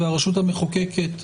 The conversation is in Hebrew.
הרשות המחוקקת,